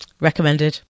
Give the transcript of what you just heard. recommended